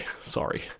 Sorry